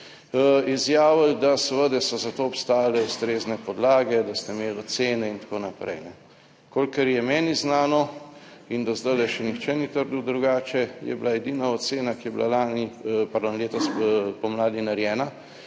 izjavili, da seveda so za to obstajale ustrezne podlage, da ste imeli ocene in tako naprej. Kolikor je meni znano in do zdaj še nihče ni trdil drugače, je bila edina ocena, ki je bila lani, pardon, letos spomladi narejena,